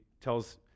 tells